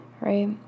right